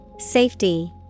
Safety